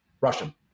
Russian